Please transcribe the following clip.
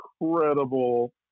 incredible